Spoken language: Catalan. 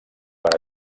per